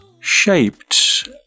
shaped